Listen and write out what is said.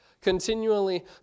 continually